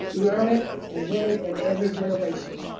you earn it and win it in every generation.